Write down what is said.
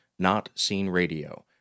notseenradio